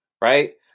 right